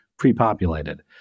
Pre-populated